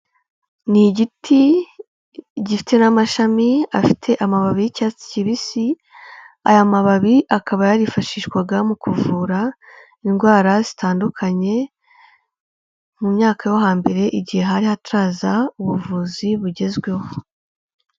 Ni igiti gifite n'amashami afite amababi y'icyatsi kibisi, aya mababi akaba yarifashishwaga mu kuvura indwara zitandukanye, mu myaka yo hambere igihe hari hataraza ubuvuzi bugezweho.